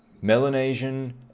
Melanesian